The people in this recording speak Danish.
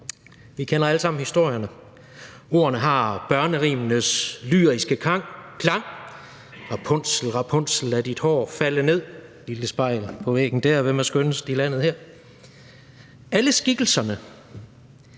Vi kender alle sammen historierne. Ordene har børnerimenes lyriske klang: Rapunzel, Rapunzel lad dit hår falde ned. Lille spejl på væggen der, hvem er skønnest i landet her? Alle skikkelserne